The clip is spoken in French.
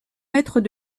mètres